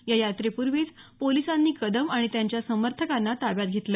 या यात्रेपूर्वीच पोलिसांनी कदम आणि त्यांच्या समर्थकांना ताब्यात घेतलं